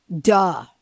Duh